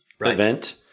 event